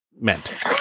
meant